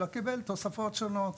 אלא קיבל תוספות שונות